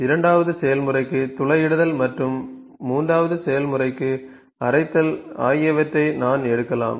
இரண்டாவது செயல்முறைக்கு துளையிடுதல் மற்றும் மூன்றாவது செயல்முறைக்கு அரைத்தல் ஆகியவற்றை நான் எடுக்கலாம்